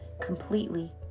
completely